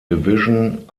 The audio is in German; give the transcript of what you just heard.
division